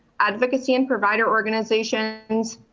advocacy and provider organizations,